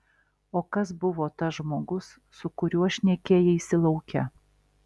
o kas buvo tas žmogus su kuriuo šnekėjaisi lauke